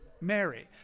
Mary